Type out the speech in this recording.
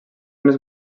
més